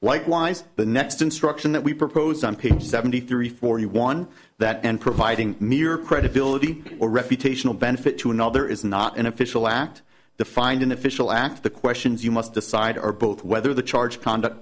likewise the next instruction we propose on page seventy three forty one that and providing mere credibility or reputational benefit to another is not an official act the find in official act the questions you must decide are both whether the charge conduct